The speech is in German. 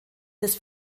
des